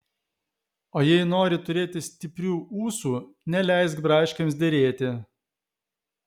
o jei nori turėti stiprių ūsų neleisk braškėms derėti